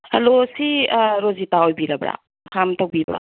hello ꯁꯤ ꯔꯣꯖꯤꯇꯥ ꯑꯣꯏꯕꯤꯔꯕ꯭ꯔꯥ ꯐꯥꯔꯝ ꯇꯧꯕꯤꯕ